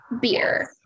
beer